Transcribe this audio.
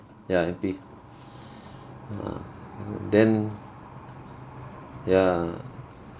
ya M_P ya then ya